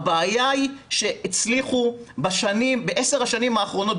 הבעיה היא שהצליחו ב-10 השנים האחרונות,